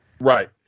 Right